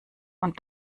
und